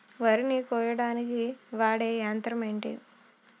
వరి ని కోయడానికి వాడే యంత్రం ఏంటి?